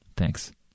Thanks